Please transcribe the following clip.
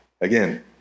again